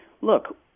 look